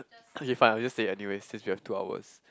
okay fine I'll just say anyway since we have two hours